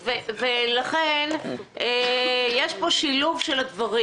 לכן יש פה שילוב של הדברים.